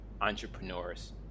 Entrepreneur's